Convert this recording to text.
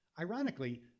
ironically